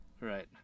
Right